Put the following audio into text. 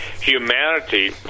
humanity